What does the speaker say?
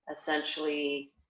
essentially